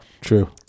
True